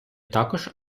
також